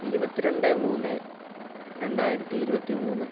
ഇരുപത്തി രണ്ട് മൂന്ന് രണ്ടായിരത്തി ഇരുപത്തി മൂന്ന്